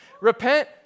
Repent